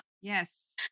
Yes